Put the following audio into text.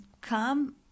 come